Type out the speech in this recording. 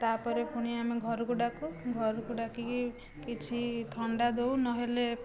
ତା' ପରେ ପୁଣି ଆମେ ଘରକୁ ଡାକୁ ଘରକୁ ଡାକିକି କିଛି ଥଣ୍ଡା ଦେଉ ନହେଲେ